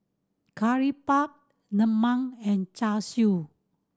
Curry Puff lemang and Char Siu